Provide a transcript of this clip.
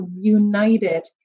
united